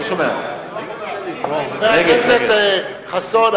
חבר הכנסת חסון,